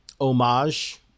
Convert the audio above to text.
homage